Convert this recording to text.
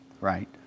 Right